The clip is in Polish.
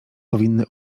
powinny